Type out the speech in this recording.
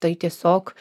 tai tiesiog